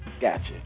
Gotcha